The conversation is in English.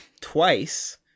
Twice